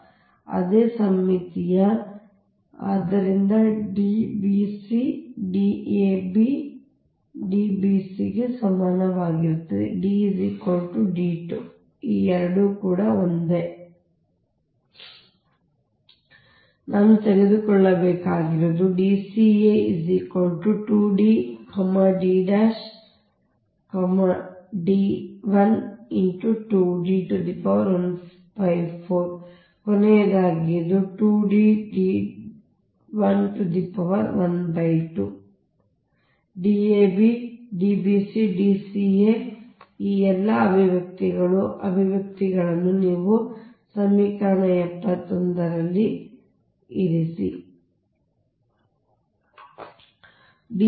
ಆದ್ದರಿಂದ ಅದೇ ಸಮ್ಮಿತೀಯ ಆದ್ದರಿಂದ D bc D ab D bc ಗೆ ಸಮಾನವಾಗಿರುತ್ತದೆ D d 2 ಈ ಎರಡು ಒಂದೇ ಆದ್ದರಿಂದ ನಾನು ತೆಗೆದುಕೊಳ್ಳಬೇಕಾದ ಮೊದಲನೆಯದು ಇದು ಕೊನೆಯದಾಗಿ ಇದು ಈ Dab Dbc Dca ಈ ಎಲ್ಲಾ ಅಭಿವ್ಯಕ್ತಿಗಳು ಅಭಿವ್ಯಕ್ತಿಗಳನ್ನು ನೀವು ಸಮೀಕರಣ 71 ರಲ್ಲಿ ಇರಿಸಿ